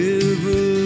River